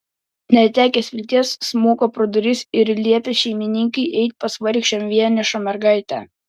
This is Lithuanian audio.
netekęs vilties smuko pro duris ir liepė šeimininkei eiti pas vargšę vienišą mergaitę